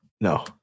No